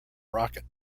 rocket